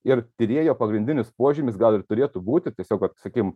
ir tyrėjo pagrindinis požymis gal ir turėtų būti tiesiog vat sakykim